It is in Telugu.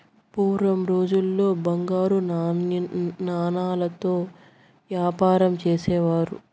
పూర్వం రోజుల్లో బంగారు నాణాలతో యాపారం చేసేవారు